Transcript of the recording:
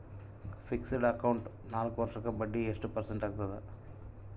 Fixed account ನಾಲ್ಕು ವರ್ಷಕ್ಕ ಬಡ್ಡಿ ಎಷ್ಟು ಪರ್ಸೆಂಟ್ ಆಗ್ತದ?